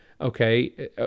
Okay